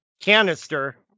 Canister